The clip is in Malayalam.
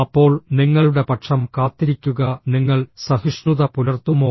അപ്പോൾ നിങ്ങളുടെ പക്ഷം കാത്തിരിക്കുക നിങ്ങൾ സഹിഷ്ണുത പുലർത്തുമോ